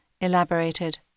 elaborated